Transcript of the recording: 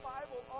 Bible